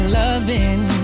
loving